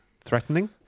threatening